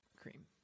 Cream